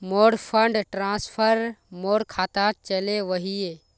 मोर fund transfer मोर खातात चले वहिये